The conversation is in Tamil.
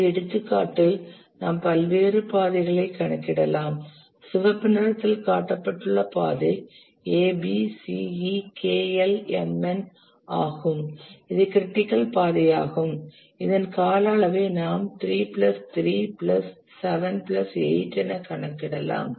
இந்த எடுத்துக்காட்டில் நாம் பல்வேறு பாதைகளை கணக்கிடலாம் சிவப்பு நிறத்தில் காட்டப்பட்டுள்ள பாதை A B C E K L M N ஆகும் இது க்ரிட்டிக்கல் பாதையாகும் இதன் கால அளவை நாம் 3 பிளஸ் 3 பிளஸ் 7 பிளஸ் 8 என கணக்கிடலாம்